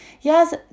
Yes